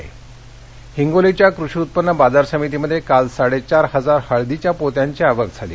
हिंगोली हिंगोलीच्या कृषी उत्पन्न बाजार समितीमध्ये काल साडेचार हजार हळदीच्या पोत्यांची आवक झाली